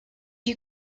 you